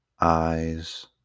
eyes